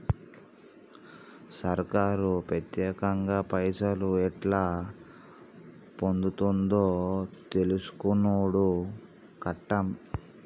సర్కారు పత్యేకంగా పైసలు ఎట్లా పొందుతుందో తెలుసుకునుడు కట్టం